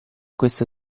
questa